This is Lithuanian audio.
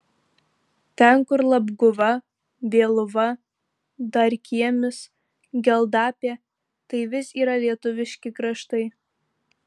ten kur labguva vėluva darkiemis geldapė tai vis yra lietuviški kraštai